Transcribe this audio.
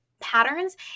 patterns